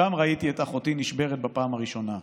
שם ראיתי את אחותי נשברת בפעם הראשונה.